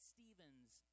Stephen's